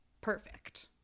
Perfect